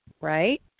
right